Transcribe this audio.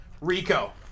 Rico